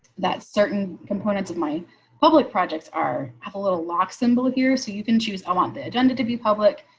that certain components of my public projects are have a little lock symbol of yours so you can choose. i want the agenda to be public,